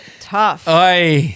tough